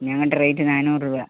ഞങ്ങളുടെ റെയ്റ്റ് നാന്നൂറ് രൂപ